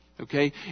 Okay